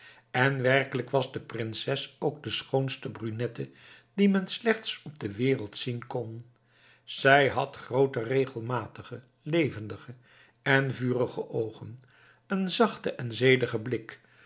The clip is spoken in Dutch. en werkelijk was de prinses ook de schoonste brunette die men slechts op de wereld zien kon zij had groote regelmatige levendige en vurige oogen een zachten en zedigen blik